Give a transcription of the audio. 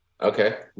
okay